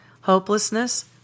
hopelessness